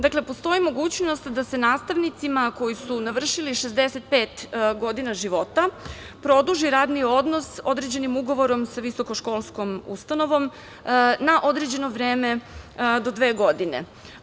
Dakle, postoji mogućnost da se nastavnicima, a koji su navršili 65 godina života, produži radni odnos određenim ugovorom sa visokoškolskom ustanovom na određeno vreme do dve godine.